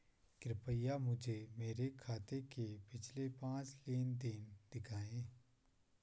कृपया मुझे मेरे खाते के पिछले पांच लेन देन दिखाएं